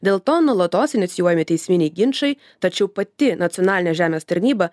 dėl to nuolatos inicijuojami teisminiai ginčai tačiau pati nacionalinė žemės tarnyba